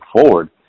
forward